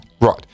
Right